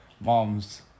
moms